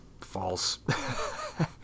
false